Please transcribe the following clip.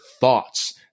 thoughts